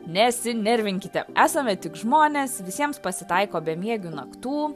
nesinervinkite esame tik žmonės visiems pasitaiko bemiegių naktų